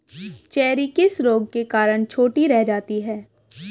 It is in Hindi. चेरी किस रोग के कारण छोटी रह जाती है?